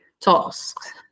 tasks